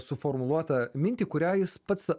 suformuluotą mintį kurią jis pats